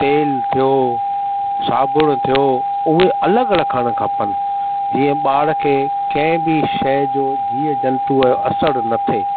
तेलु थियो साबुण थियो उहे अलॻि रखण खपनि जीअं ॿार खे कंहिं बि शइ जो जीव जंतुअ जो असरु न थिए